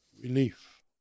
relief